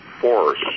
force